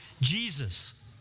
Jesus